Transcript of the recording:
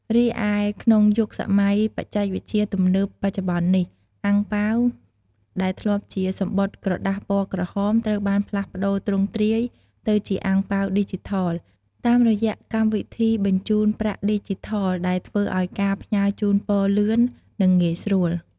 រីឯក្នុងយុគសម័យបច្ចេកវិទ្យាទំនើបបច្ចុប្បន្ននេះ អាំងប៉ាវដែលធ្លាប់ជាសំបុត្រក្រដាសពណ៌ក្រហមត្រូវបានផ្លាស់ប្ដូរទ្រង់ទ្រាយទៅជាអាំងប៉ាវឌីជីថល តាមរយៈកម្មវិធីបញ្ចូនប្រាក់ឌីជីថលដែលធ្វើឲ្យការផ្ញើជូនពរលឿន និងងាយស្រួល។